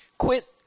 Quit